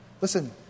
Listen